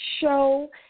show